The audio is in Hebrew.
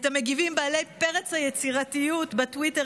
את המגיבים בעלי פרץ היצירתיות בטוויטר,